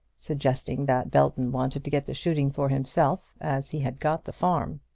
suggesting that belton wanted to get the shooting for himself as he had got the farm.